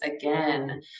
again